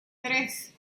tres